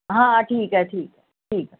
ਹਾਂ ਠੀਕ ਹੈ ਠੀ ਠੀਕ ਆ